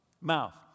mouth